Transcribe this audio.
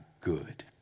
good